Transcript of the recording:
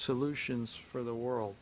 solutions for the world